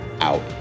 out